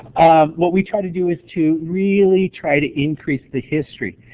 um what we try to do is to really try to increase the history.